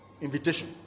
invitation